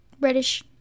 reddish